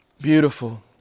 beautiful